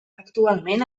actualment